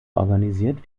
organisiert